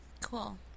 cool